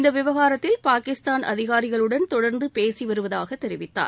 இந்த விவகாரத்தில் பாகிஸ்தான் அதிகாரிகளுடன் தொடர்ந்து பேசிவருவதாக தெரிவித்தார்